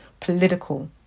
political